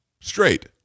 straight